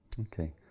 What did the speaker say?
Okay